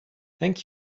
thank